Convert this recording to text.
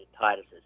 Titus's